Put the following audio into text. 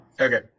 Okay